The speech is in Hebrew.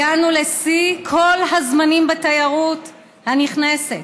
הגענו לשיא כל הזמנים בתיירות הנכנסת,